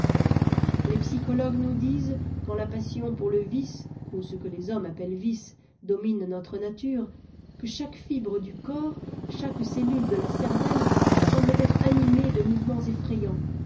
les psychologues nous disent quand la passion pour le vice ou ce que les hommes appellent vice domine notre nature que chaque fibre du corps chaque cellule de la cervelle semblent être animées de mouvements effrayants